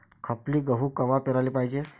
खपली गहू कवा पेराले पायजे?